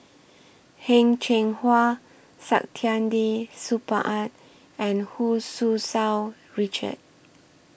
Heng Cheng Hwa Saktiandi Supaat and Hu Tsu Tau Richard